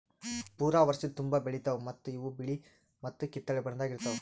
ಪೂರಾ ವರ್ಷದ ತುಂಬಾ ಬೆಳಿತಾವ್ ಮತ್ತ ಇವು ಬಿಳಿ ಮತ್ತ ಕಿತ್ತಳೆ ಬಣ್ಣದಾಗ್ ಇರ್ತಾವ್